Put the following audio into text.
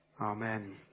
Amen